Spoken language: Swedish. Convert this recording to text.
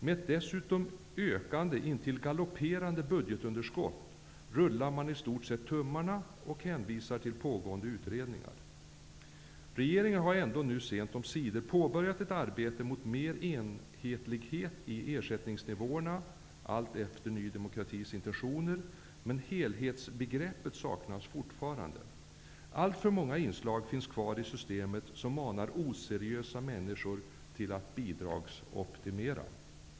Med ett dessutom löpande, intill galopperande, budgetunderskott rullar man i stort sett tummarna och hänvisar till pågående utredningar. Regeringen har nu sent omsider påbörjat ett arbete mot mer enhetlighet i ersättningsnivåerna alltefter Ny demokratis intentioner, men helhetsbegreppet saknas fortfarande. Alltför många inslag finns kvar i systemet som manar oseriösa människor att bidragsoptimera.